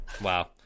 Wow